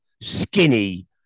skinny